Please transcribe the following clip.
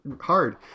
hard